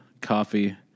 coffee